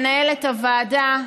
מנהלת הוועדה,